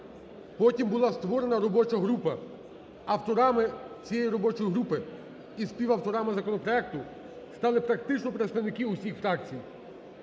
потім була створена робоча група, авторами цієї робочої групи і співавторами законопроекту стали практично представники усіх фракцій,